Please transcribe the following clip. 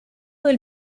del